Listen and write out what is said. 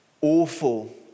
awful